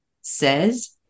says